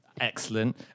Excellent